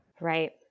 Right